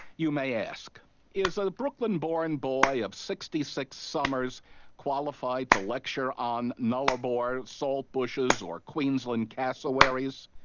you may ask is a brooklyn-born boy of sixty six summers qualified to lecture on nullarbor salt-bushes or queensland cassowaries?